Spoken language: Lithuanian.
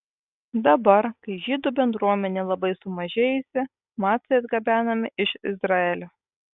dabar kai žydų bendruomenė labai sumažėjusi macai atgabenami iš izraelio